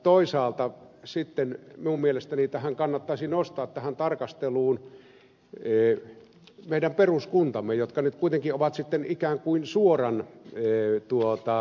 toisaalta sitten minun mielestäni kannattaisi nostaa tähän tarkasteluun meidän peruskuntamme jotka nyt kuitenkin ovat siten ikään kuin suoraan ettei tuota